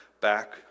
back